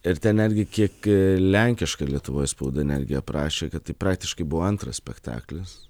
ir ten netgi kiek lenkiška lietuvoje spauda netgi aprašė kad tai praktiškai buvo antras spektaklis